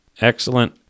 Excellent